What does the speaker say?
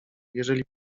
jeżeli